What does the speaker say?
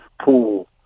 pool